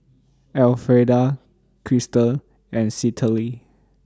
Elfreda Krystal and Citlalli